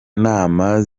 nama